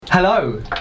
Hello